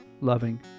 loving